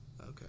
Okay